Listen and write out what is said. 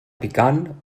picant